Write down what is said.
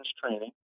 training